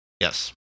Yes